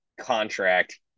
contract